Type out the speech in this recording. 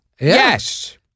Yes